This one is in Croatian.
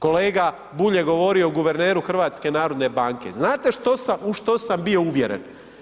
Kolega Bulj je govorio o guverneru HNB-a, znate u što sam bio uvjeren?